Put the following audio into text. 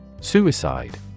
Suicide